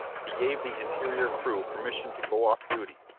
he gave the interior crew permission to go off duty,